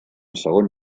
segon